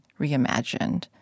reimagined